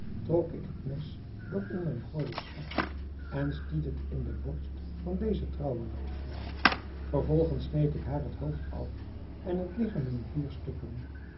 trok ik het mes dat in mijn gordel stak en stiet het in de borst van deze trouwelooze vervolgens sneed ik haar het hoofd af en het ligchaam in vier stukken